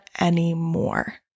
anymore